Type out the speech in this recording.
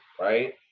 right